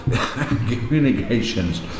communications